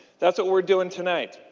that's what we are doing tonight.